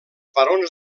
barons